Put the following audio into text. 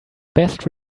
best